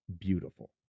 beautiful